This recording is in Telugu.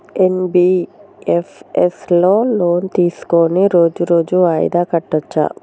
ఎన్.బి.ఎఫ్.ఎస్ లో లోన్ తీస్కొని రోజు రోజు వాయిదా కట్టచ్ఛా?